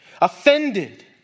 Offended